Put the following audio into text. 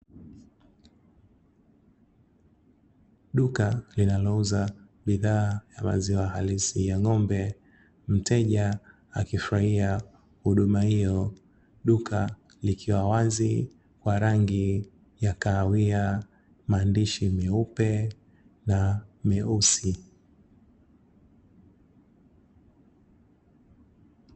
Duka linalouza bidhaa za maziwa halisi ya ng'ombe mteja akifurahia huduma hio, duka likiwa wazi la rangi ya kahawia na maadishi meupe na meusi.